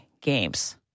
games